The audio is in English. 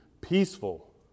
peaceful